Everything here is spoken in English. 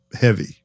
heavy